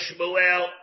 Shmuel